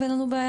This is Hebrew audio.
אין לנו בעיה.